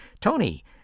Tony